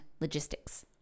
logistics